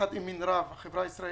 בשם SADIT ביחד עם מנרב החברה הישראלית,